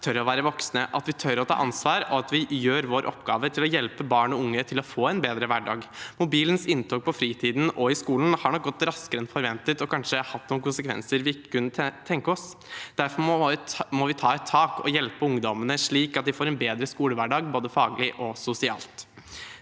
vi tør å ta ansvar, og at vi gjør vår oppgave med å hjelpe barn og unge til å få en bedre hverdag. Mobilens inntog på fritiden og i skolen har nok gått raskere enn forventet og kanskje hatt noen konsekvenser vi ikke kunne tenke oss. Derfor må vi ta tak og hjelpe ungdommene, slik at de får en bedre skolehverdag både faglig og sosialt.